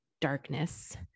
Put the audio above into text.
darkness